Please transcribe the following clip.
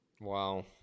Wow